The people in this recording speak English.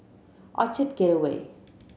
Orchard Gateway